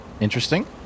interesting